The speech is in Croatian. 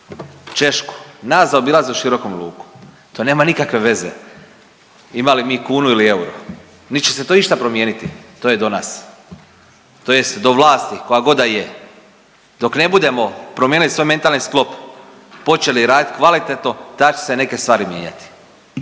Češku, nas zaobilaze u širokom luku. To nema nikakve veze imali mi kunu ili euro, nit će se to išta promijeniti, to je do nas tj. do vlasti koja god da je. Dok ne budemo promijenili svoj mentalni sklop, počeli raditi kvalitetno tad će se neke stvari mijenjati.